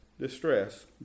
distress